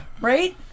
right